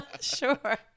Sure